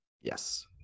Yes